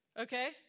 Okay